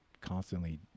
constantly